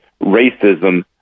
racism